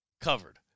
covered